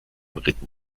ritten